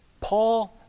Paul